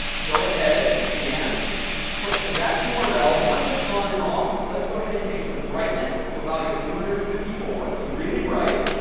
go ahead and put to that ah url not just on and off. let's go ahead and change the brightness to a value of two hundred and fifty four, so really bright,